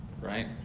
right